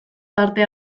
parte